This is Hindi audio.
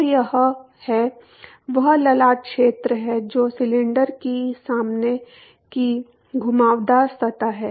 तो यह है वह ललाट क्षेत्र है जो सिलेंडर की सामने की घुमावदार सतह है